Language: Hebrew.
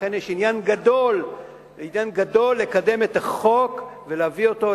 לכן יש עניין גדול לקדם את החוק ולהביא אותו,